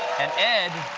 and ed